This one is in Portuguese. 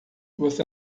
você